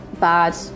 Bad